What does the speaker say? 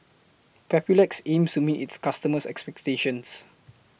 Papulex aims to meet its customers' expectations